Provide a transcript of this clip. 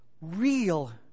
real